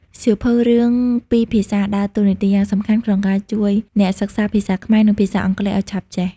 សៀវភៅរឿងពីរភាសាដើរតួនាទីយ៉ាងសំខាន់ក្នុងការជួយអ្នកសិក្សាភាសាខ្មែរ និងភាសាអង់គ្លេសឲ្យឆាប់ចេះ។